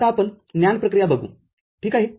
आता आपण NAND प्रक्रिया बघू ठीक आहे